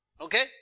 Okay